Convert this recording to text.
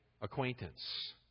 acquaintance